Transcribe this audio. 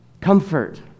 comfort